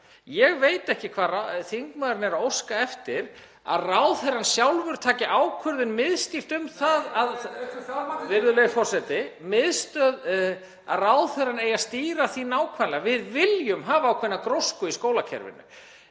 Ég veit ekki hvað þingmaðurinn er að óska eftir, er það að ráðherrann sjálfur taki ákvörðun miðstýrt um það (Gripið fram í.) — að ráðherrann eigi að stýra því nákvæmlega? Við viljum hafa ákveðna grósku í skólakerfinu.